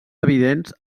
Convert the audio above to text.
evidents